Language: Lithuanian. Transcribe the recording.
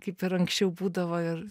kaip ir anksčiau būdavo ir